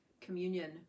communion